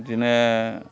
बिदिनो